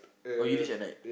oh Illusion at night